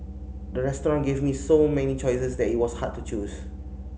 the restaurant gave me so many choices that it was hard to choose